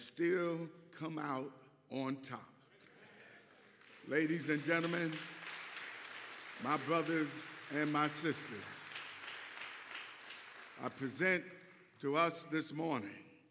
still come out on top ladies and gentlemen my brother and my sister i present to us this morning